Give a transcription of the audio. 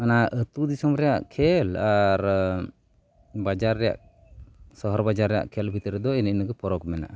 ᱚᱱᱟ ᱟᱛᱳ ᱫᱤᱥᱚᱢ ᱨᱮᱭᱟᱜ ᱠᱷᱮᱞ ᱟᱨ ᱵᱟᱡᱟᱨ ᱨᱮᱭᱟᱜ ᱥᱚᱦᱚᱨ ᱵᱟᱡᱟᱨ ᱨᱮᱭᱟᱜ ᱠᱷᱮᱞ ᱵᱷᱤᱛᱨᱤ ᱨᱮᱫᱚ ᱤᱱᱟᱹᱜᱮ ᱯᱷᱟᱨᱟᱠ ᱢᱮᱱᱟᱜᱼᱟ